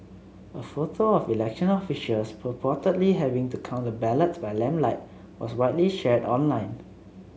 a photo of election officials purportedly having to count the ballots by lamplight was widely shared online